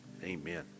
amen